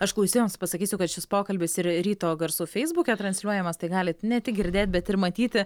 aš klausytojams pasakysiu kad šis pokalbis yra ryto garsų feisbuke transliuojamas tai galit ne tik girdėt bet ir matyti